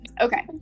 Okay